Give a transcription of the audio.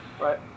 Right